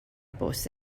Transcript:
bws